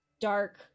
dark